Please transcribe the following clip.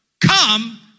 Come